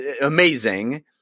amazing